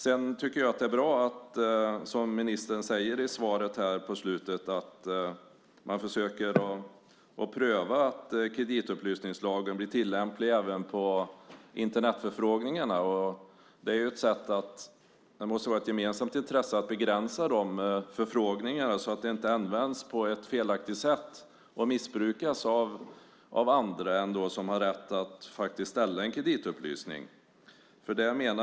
Det är bra som ministern säger på slutet i svaret att man försöker att pröva att kreditupplysningslagen blir tillämplig även på Internetförfrågningarna. Det måste vara ett gemensamt intresse att begränsa de förfrågningarna så att de inte används på ett felaktigt sätt och missbrukas av andra än dem som har rätt att ta en kreditupplysning.